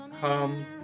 come